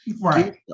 Right